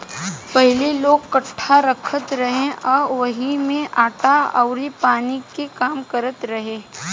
पहिले लोग काठ रखत रहे आ ओही में आटा अउर पानी के काम करत रहे